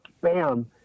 bam